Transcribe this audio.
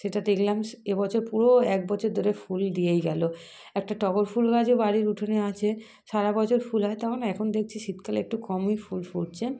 সেটা দেখলাম সে এ বছর পুরো এক বছর ধরে ফুল দিয়েই গেল একটা টগর ফুল গাছও বাড়ির উঠোনে আছে সারা বছর ফুল হয় তার মানে এখন দেখছি শীতকালে একটু কমই ফুল ফুটছে